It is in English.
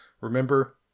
remember